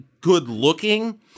good-looking